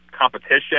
competition